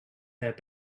their